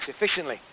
efficiently